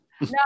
No